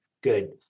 good